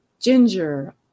ginger